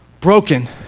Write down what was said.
broken